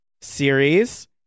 series